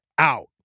out